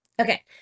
Okay